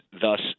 thus